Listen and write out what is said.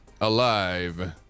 Alive